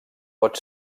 pot